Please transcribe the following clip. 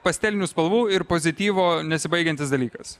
pastelinių spalvų ir pozityvo nesibaigiantis dalykas